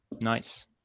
Nice